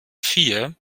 vier